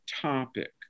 topic